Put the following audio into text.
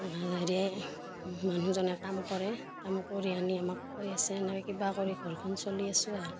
হেৰিয়ে মানুহজনে কাম কৰে কাম কৰি আনি আমাক খুৱই আছে এনেকৈ কিবা কৰি ঘৰখন চলি আছোঁ আৰু